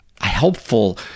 helpful